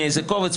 מאיזה קובץ,